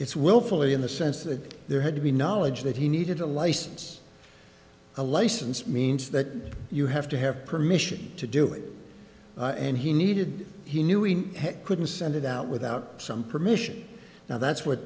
it's willfully in the sense that there had to be knowledge that he needed a license a license means that you have to have permission to do it and he needed he knew we couldn't send it out without some permission now that's what